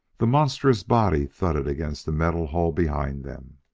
the monstrous body thudded against the metal hull behind them.